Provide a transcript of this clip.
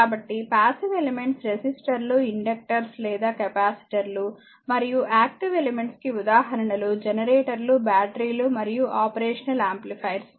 కాబట్టి passive elements రెసిస్టర్లు inductors లేదా కెపాసిటర్లు మరియు యాక్టివ్ ఎలిమెంట్స్ కి ఉదాహరణలు జనరేటర్లుబ్యాటరీలు మరియు ఆపరేషనల్ ఆంప్లిఫైయర్స్